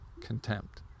contempt